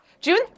June